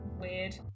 weird